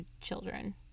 children